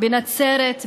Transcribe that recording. בנצרת,